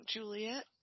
Juliet